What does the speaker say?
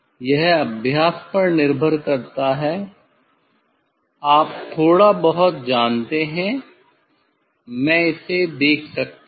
यह अभ्यास पर निर्भर करता है आप थोड़ा बहुत जानते हैं मैं इसे देख सकता हूं